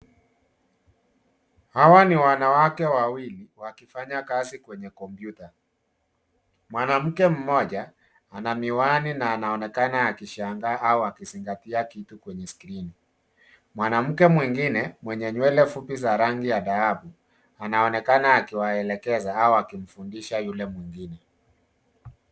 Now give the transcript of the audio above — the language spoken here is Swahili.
Hawa ni wanawake wawili wakifanya kazi kwenye kompyuta. Mwanamke mmoja ana miwani na anaonekana akishangaa au akizingatia kitu kwenye skrini. Mwanamke mwingine, mwenye nywele fupi za rangi ya dhahabu, anaonekana akiwaelekeza au akimfundisha yule mwingine.